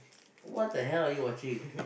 what the hell are you watching